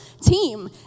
team